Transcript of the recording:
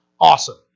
Awesome